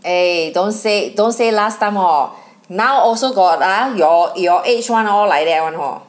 eh don't say don't say last time hor now also got ah your your age [one] hor like that one hor